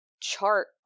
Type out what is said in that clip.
chart